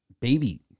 baby